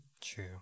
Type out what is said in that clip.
True